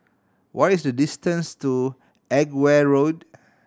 what is the distance to Edgware Road